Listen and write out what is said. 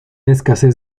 escasez